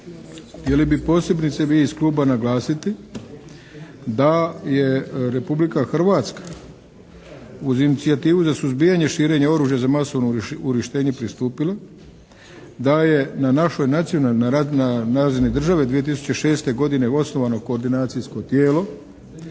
Htjeli bi posebice mi iz Kluba naglasiti da je Republika Hrvatska uz inicijativu za suzbijanje širenja oružja za masovno uništenje pristupila, da je na našoj nacionalnoj, na razini države 2006. godine osnovano koordinacijsko tijelo